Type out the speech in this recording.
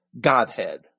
Godhead